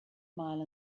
mile